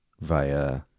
via